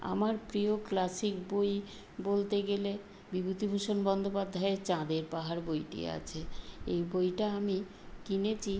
আমার প্রিয় ক্লাসিক বই বলতে গেলে বিভূতিভূষণ বন্দ্যোপাধ্যায়ের চাঁদের পাহাড় বইটি আছে এই বইটা আমি কিনেছি